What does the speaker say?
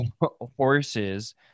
horses